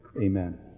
Amen